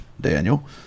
Daniel